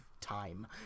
time